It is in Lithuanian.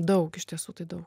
daug iš tiesų tai daug